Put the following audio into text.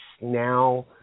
now